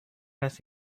است